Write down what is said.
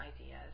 ideas